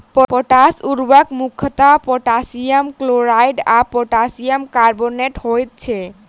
potash उर्वरक मुख्यतः potassium chloride आ पोटासियम कार्बोनेट होइत छै